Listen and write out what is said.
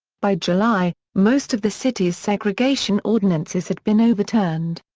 by july, most of the city's segregation ordinances had been overturned.